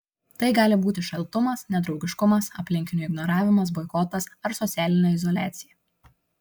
tai gali būti šaltumas nedraugiškumas aplinkinių ignoravimas boikotas ar socialinė izoliacija